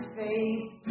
face